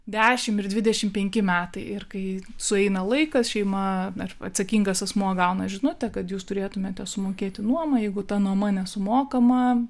dešimt ir dvidešimt penki metai ir kai sueina laikas šeima ar atsakingas asmuo gauna žinutę kad jūs turėtumėte sumokėti nuomą jeigu ta nuoma nesumokama